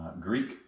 Greek